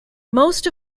most